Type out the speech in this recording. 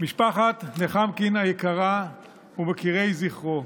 משפחת נחמקין היקרה ומוקירי זכרו,